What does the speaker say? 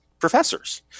Professors